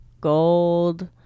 gold